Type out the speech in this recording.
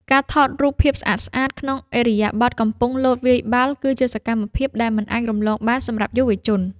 ការថតរូបភាពស្អាតៗក្នុងឥរិយាបថកំពុងលោតវាយបាល់ គឺជាសកម្មភាពដែលមិនអាចរំលងបានសម្រាប់យុវជន។